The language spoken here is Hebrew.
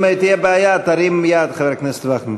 אם תהיה בעיה, תרים יד, חבר הכנסת וקנין.